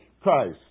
Christ